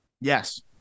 Yes